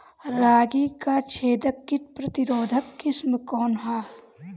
रागी क छेदक किट प्रतिरोधी किस्म कौन ह?